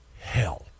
hell